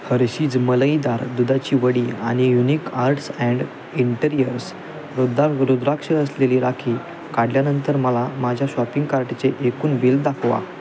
Hershey's मलईदार दुधाची वडी आणि युनिक आर्ट्स अँड इंटेरिअर्स रुद्दा रुद्राक्ष असलेली राखी काढल्यानंतर मला माझ्या शॉपिंग कार्टचे एकूण बिल दाखवा